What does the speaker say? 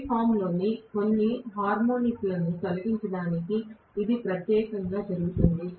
wave form లోని కొన్ని హార్మోనిక్లను తొలగించడానికి ఇది ప్రత్యేకంగా జరుగుతుంది